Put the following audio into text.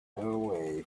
way